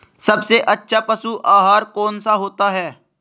सबसे अच्छा पशु आहार कौन सा होता है?